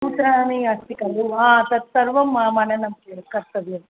सूत्राणि अस्ति खलु तत् सर्वं मननं क कर्तव्यम्